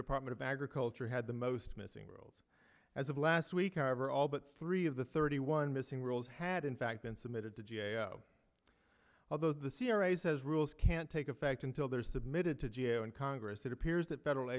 department of agriculture had the most missing girls as of last week however all but three of the thirty one missing rules had in fact been submitted to g a o although the c r a says rules can't take effect until they're submitted to g a o and congress it appears that federal